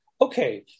okay